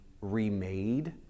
remade